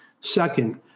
Second